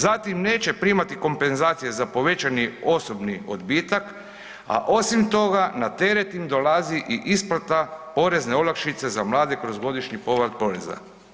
Zatim neće primati kompenzacije za povećani osobni odbitak, a osim toga na teret im dolazi i isplata porezne olakšice za mlade kroz godišnji povrat poreza.